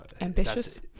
Ambitious